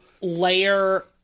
layer